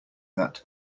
that